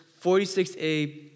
46a